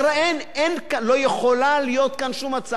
לא יכולה להיות כאן שום הצעה שהיא שלמה.